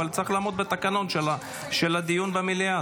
אבל צריך לעמוד בתקנון של הדיון במליאה,